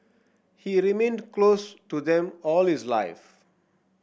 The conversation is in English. he remained close to them all his life